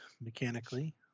mechanically